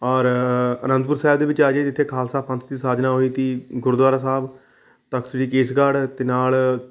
ਔਰ ਆਨੰਦਪੁਰ ਸਾਹਿਬ ਦੇ ਵਿੱਚ ਆ ਜਾਈਏ ਜਿੱਥੇ ਖ਼ਾਲਸਾ ਪੰਥ ਦੀ ਸਾਜਨਾ ਹੋਈ ਸੀ ਗੁਰਦੁਆਰਾ ਸਾਹਿਬ ਤਖ਼ਤ ਸ੍ਰੀ ਕੇਸਗੜ੍ਹ ਅਤੇ ਨਾਲ